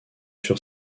sur